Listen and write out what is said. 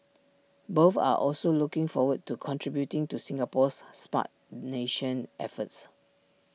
both are also looking forward to contributing to Singapore's Smart Nation efforts